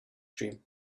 dream